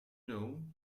know